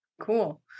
Cool